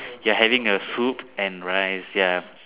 you are having a soup and rice ya